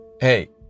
Hey